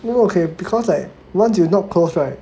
我可以 because like once you not close right